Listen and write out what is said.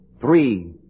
three